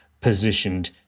positioned